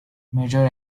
major